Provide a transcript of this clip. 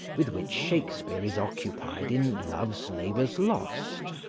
with which shakespeare is occupied in love's labours lost.